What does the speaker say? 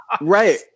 Right